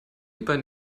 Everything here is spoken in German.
lieber